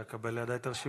עד שאקבל לידיי את הרשימה,